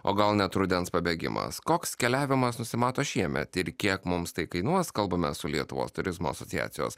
o gal net rudens pabėgimas koks keliavimas nusimato šiemet ir kiek mums tai kainuos kalbame su lietuvos turizmo asociacijos